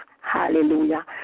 Hallelujah